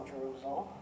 Jerusalem